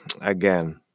again